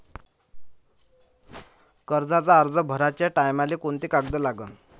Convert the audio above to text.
कर्जाचा अर्ज भराचे टायमाले कोंते कागद लागन?